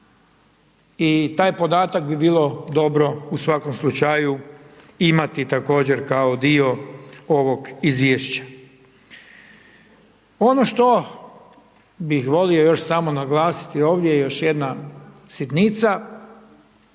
I taj podatak bi bilo dobro u svakom slučaju imati također kao dio ovog izvješća. Ono što bih volio još samo naglasiti ovdje, još jedna sitnica.